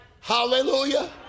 Hallelujah